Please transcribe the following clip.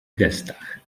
gestach